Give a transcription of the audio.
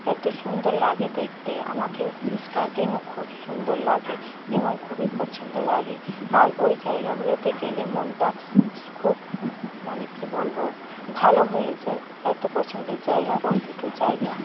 এতো সুন্দর লাগে দেখতে আমাকে গার্ডেনও খুব সুন্দর লাগে এবং খুবই পছন্দ লাগে আর ওই জায়গাগুলোতে গেলে মনটা খুব মানে কি বলবো ভালো হয়ে যায় এতো পছন্দের জায়গা ওই দুটো জায়গা